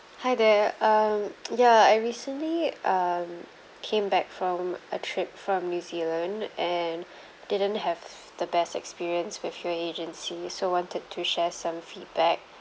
hi there um ya I recently um came back from a trip from new zealand and didn't have the best experience with your agency so wanted to share some feedback